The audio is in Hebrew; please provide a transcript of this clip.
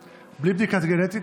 בבידוד שבתוך בידוד,